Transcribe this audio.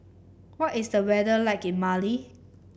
what is the weather like in Mali